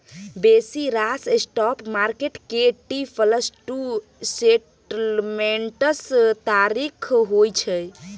बेसी रास spot market के टी प्लस टू सेटलमेंट्स तारीख होइ छै